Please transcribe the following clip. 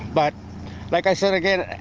but like i said again.